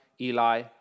Eli